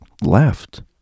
left